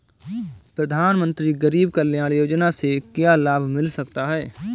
प्रधानमंत्री गरीब कल्याण योजना से क्या लाभ मिल सकता है?